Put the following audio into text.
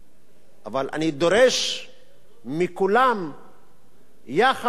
אבל אני דורש מכולם יחס שווה